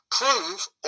prove